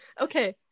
Okay